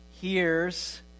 hears